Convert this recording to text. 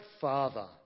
father